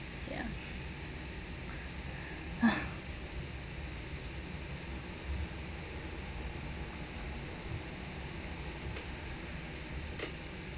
ya ha